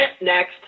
next